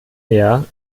mehr